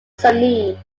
sunni